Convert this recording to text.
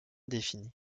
définis